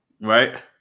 Right